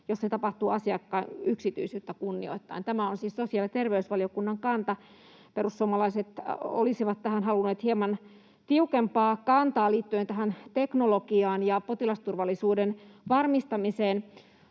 jos se tapahtuu asiakkaan yksityisyyttä kunnioittaen. Tämä on siis sosiaali- ja terveysvaliokunnan kanta. Perussuomalaiset olisivat tähän halunneet hieman tiukempaa kantaa liittyen teknologiaan ja potilasturvallisuuden varmistamiseen.